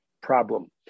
problem